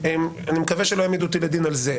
אני מקווה שלא יעמידו אותי לדין על זה,